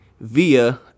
via